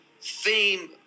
theme